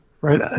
Right